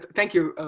thank you,